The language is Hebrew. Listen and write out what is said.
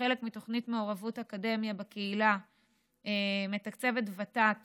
כחלק מתוכנית מעורבות אקדמיה בקהילה מתקצבת ות"ת